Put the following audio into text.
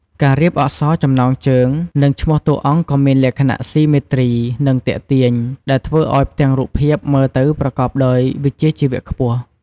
ការរៀបអក្សរចំណងជើង និងឈ្មោះតួអង្គក៏មានលក្ខណៈ ស៊ីមេទ្រី និងទាក់ទាញ ដែលធ្វើឱ្យផ្ទាំងរូបភាពមើលទៅប្រកបដោយវិជ្ជាជីវៈខ្ពស់ ។